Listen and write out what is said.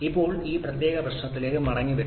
ഇപ്പോൾ ഈ പ്രത്യേക പ്രശ്നത്തിലേക്ക് മടങ്ങിവരുന്നു